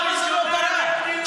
זה אושר בסיעת קדימה?